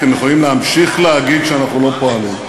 אתם יכולים להמשיך להגיד שאנחנו לא פועלים.